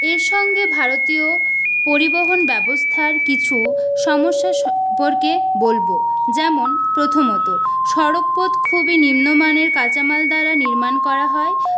এর সঙ্গে ভারতীয় পরিবহন ব্যবস্থার কিছু সমস্যা সম্পর্কে বলবো যেমন প্রথমত সড়কপথ খুবই নিম্নমানের কাঁচামাল দ্বারা নির্মাণ করা হয়